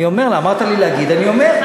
אמרת לי להגיד, אני אומר.